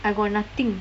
I got nothing